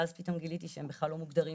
ואז פתאום גיליתי שהם בכלל לא מוגדרים